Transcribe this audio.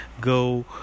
go